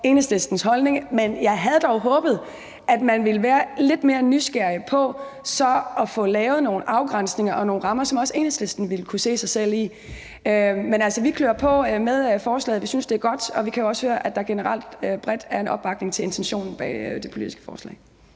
Enhedslistens holdning, men jeg havde dog håbet, at man ville være lidt mere nysgerrig på så at få lavet nogle afgrænsninger og nogle rammer, som også Enhedslisten vil kunne se sig selv i. Men altså, vi klør på med forslaget. Vi synes, det er godt, og vi kan også høre, at der generelt og bredt er en opbakning til intentionen bag det politiske forslag.